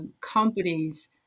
companies